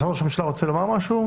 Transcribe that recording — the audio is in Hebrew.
משרד ראש הממשלה רוצה לומר משהו?